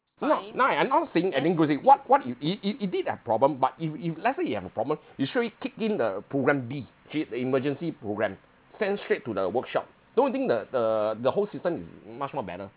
no now I am not saying any good thing what what you it it is a problem but if if let's say you have a problem you straightaway kick in the programme b actually the emergency programme send straight to the workshop don't you think the the the whole system is much more better